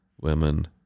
women